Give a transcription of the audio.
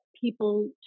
people